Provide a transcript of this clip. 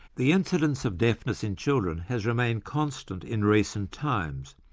the incidence of deafness in children has remained constant in recent times,